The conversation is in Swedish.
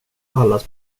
allas